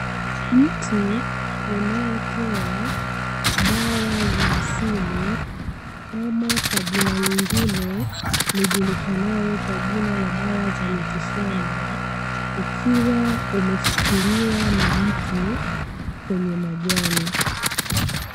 Mti unaotoa dawa za asili ama kwa jina lingine lijulikanayo kama dawa ya miti shamba ukiwa umeshikiliwa na mtu kwenye majani.